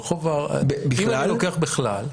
אם אני לוקח בכלל,